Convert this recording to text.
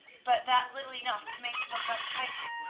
but that little enough to make it look untidy.